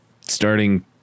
starting